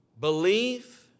believe